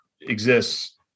exists